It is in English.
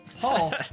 Paul